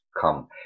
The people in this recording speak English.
come